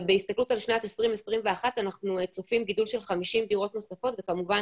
ובהסתכלות על שנת 2021 אנחנו צופים גידול של 50 דירות נוספות וכמובן